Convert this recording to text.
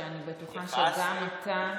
שאני בטוחה שגם אתה,